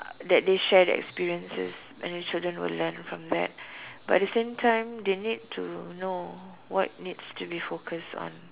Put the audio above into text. that they share their experiences and the children will learn from that but at the same time they need to know what needs to be focused on